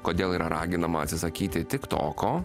kodėl yra raginama atsisakyti tiktoko